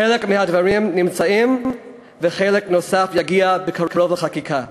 חלק מהדברים נמצא וחלק נוסף יגיע בקרוב לחקיקה.